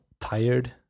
tired